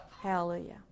Hallelujah